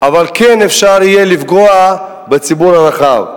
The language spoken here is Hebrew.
אבל כן יהיה אפשר לפגוע בציבור הרחב.